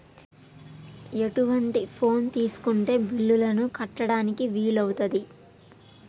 ఎటువంటి ఫోన్ తీసుకుంటే బిల్లులను కట్టడానికి వీలవుతది?